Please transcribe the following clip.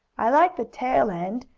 i like the tail end,